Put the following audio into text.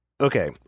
okay